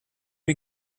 are